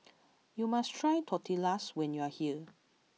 you must try Tortillas when you are here